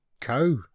co